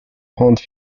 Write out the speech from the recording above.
rendent